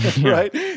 right